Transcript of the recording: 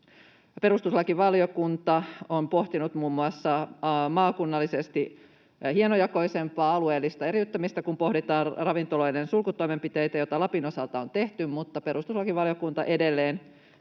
perustuslakivaliokunta on pohtinut muun muassa maakunnallisesti hienojakoisempaa alueellista eriyttämistä, kun pohditaan ravintoloiden sulkutoimenpiteitä, joita Lapin osalta on tehty, mutta perustuslakivaliokunta edelleen